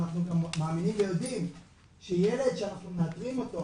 אנחנו מאמינים ויודעים שילד שאנחנו מאתרים אותו,